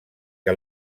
que